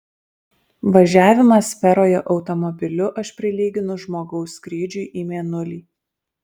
važiavimą sferoje automobiliu aš prilyginu žmogaus skrydžiui į mėnulį